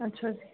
ਅੱਛਾ ਜੀ